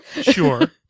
Sure